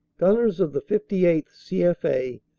gunners of the fifty eighth. c f a,